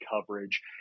coverage